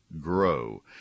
grow